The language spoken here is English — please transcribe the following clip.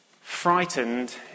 frightened